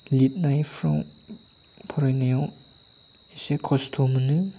लिरनायफ्राव फरायनायाव एसे खस्थ' मोनो